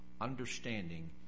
understanding